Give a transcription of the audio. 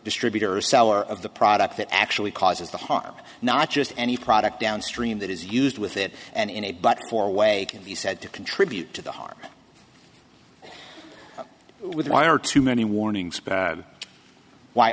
distributor seller of the product that actually causes the harm not just any product downstream that is used with it and in a but four way can be said to contribute to the harm with why are too many warnings